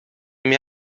mir